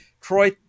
Troy